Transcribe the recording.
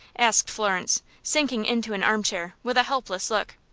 asked florence, sinking into an armchair, with a helpless look.